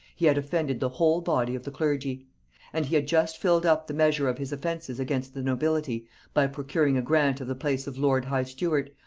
he had offended the whole body of the clergy and he had just filled up the measure of his offences against the nobility by procuring a grant of the place of lord high-steward,